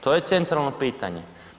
To je centralno pitanje.